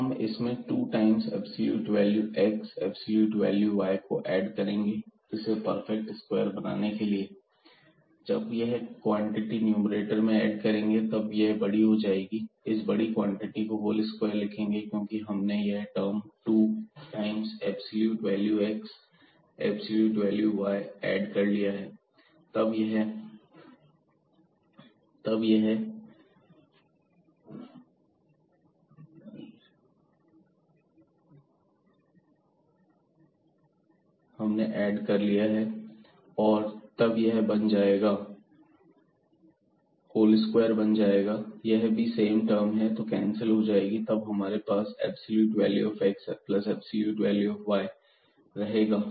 हम इसमें two times absolute value x absolute value y को ऐड करेंगे इसे परफेक्ट स्क्वायर बनाने के लिए जब हम यह क्वांटिटी न्यूमैरेटर में ऐड करेंगे तो यह बड़ी हो जाएगी तो इस बड़ी क्वांटिटी को होल स्क्वायर लिखेंगे क्योंकि हमने यह term two times absolute value x absolute value y को ऐड कर लिया है तब यह होल स्क्वायर बन जाएगा और यह भी सेम टर्म है तो कैंसिल हो जाएगी तब हमारे पास absolute value of x plus absolute value of y रहेगा